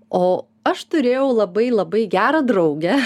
o aš turėjau labai labai gerą draugę